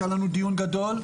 שהיה לנו דיון גדול,